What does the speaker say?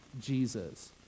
Jesus